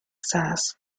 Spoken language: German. saß